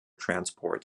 transport